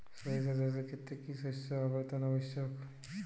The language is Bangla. সরিষা চাষের ক্ষেত্রে কি শস্য আবর্তন আবশ্যক?